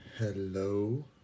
Hello